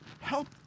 help